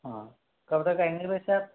हाँ कब तक आएंगे वैसे आप